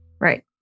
Right